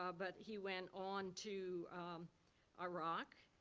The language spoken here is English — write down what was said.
ah but he went on to iraq,